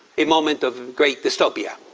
a moment of great dystopia.